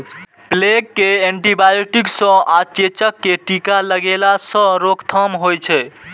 plague कें antibiotic सं आ चेचक कें टीका लगेला सं रोकथाम होइ छै